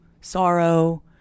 sorrow